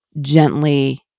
gently